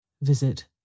Visit